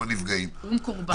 קורבן,